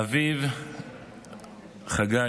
חגי,